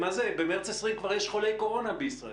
במרס 20' כבר יש חולי קורונה בישראל.